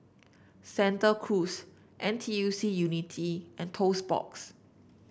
Santa Cruz N T U C Unity and Toast Box